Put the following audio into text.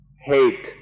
hate